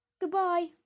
Goodbye